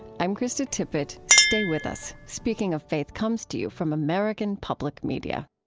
i'm krista tippett. stay with us. speaking of faith comes to you from american public media